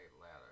ladder